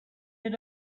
had